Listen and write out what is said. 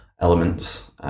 elements